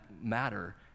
matter